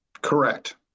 Correct